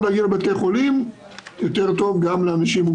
להגיע לבתי חולים יותר טוב גם לאנשים עם